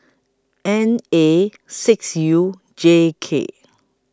N A six U J K